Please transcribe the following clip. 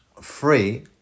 free